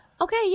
Okay